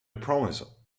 promise